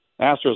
Astros